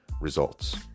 results